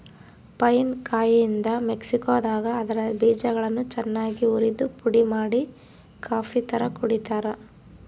pine ಕಾಯಿಯಿಂದ ಮೆಕ್ಸಿಕೋದಾಗ ಅದರ ಬೀಜಗಳನ್ನು ಚನ್ನಾಗಿ ಉರಿದುಪುಡಿಮಾಡಿ ಕಾಫಿತರ ಕುಡಿತಾರ